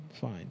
fine